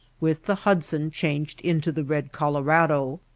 with the hudson changed into the red colorado.